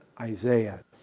Isaiah